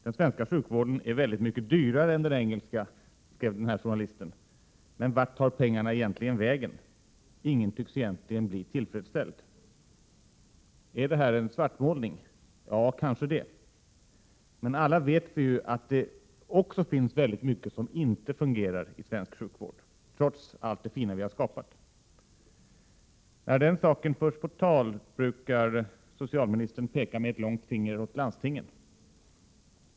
Den svenska sjukvården är väldigt mycket dyrare än den engelska, skrev den här journalisten, men vart tar pengarna vägen? Ingen tycks egentligen bli tillfredsställd. Är det här en svartmålning? Ja, kanske det. Men alla vet vi ju att det finns väldigt mycket som inte fungerar i svensk sjukvård, trots allt det fina vi har skapat. När den saken förs på tal, brukar socialministern peka med ett långt finger åt landstingen.